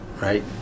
right